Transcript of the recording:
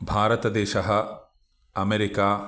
भारतदेशः अमेरिका